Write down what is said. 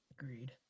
Agreed